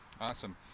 Awesome